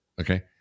okay